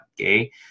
okay